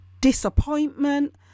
disappointment